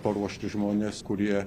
paruošti žmonės kurie